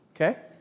Okay